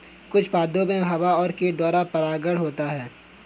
कुछ पादपो मे हवा और कीट द्वारा परागण होता है